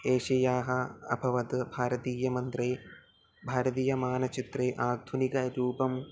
एषियाः अभवत् भारतीयमन्त्रे भारतीयमानचित्रे आधुनिकरूपं